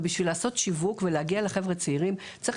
ובשביל לעשות שיווק ולהגיע לחבר'ה צעירים צריך